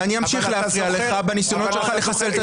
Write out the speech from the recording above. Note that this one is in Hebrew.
ואני אמשיך להפריע לך בניסיונות שלך לחסל את